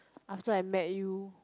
after I met you